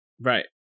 Right